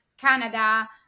Canada